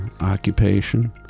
occupation